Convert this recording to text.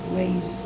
ways